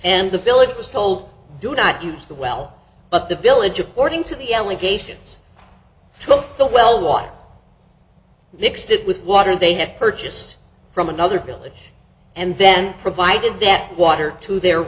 and the village was told do not use the well but the village according to the allegations took the well what nixed it with water they have purchased from another village and then provided that water to their